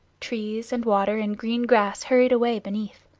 trees and water and green grass hurried away beneath.